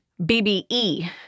BBE